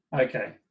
Okay